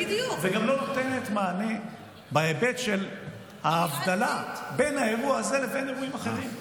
וגם לא נותנת מענה בהיבט של ההבדלה בין האירוע הזה לבין אירועים אחרים.